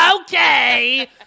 Okay